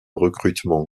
recrutement